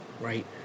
right